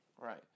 Right